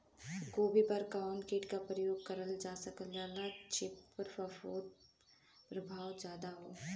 गोभी पर कवन कीट क प्रयोग करल जा सकेला जेपर फूंफद प्रभाव ज्यादा हो?